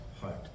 heart